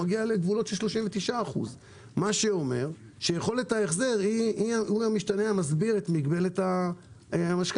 מגיע לגבולות של 39%. יכולת ההחזר היא המשתנה שמסביר את מגבלת המשכנתה,